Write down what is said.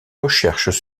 recherches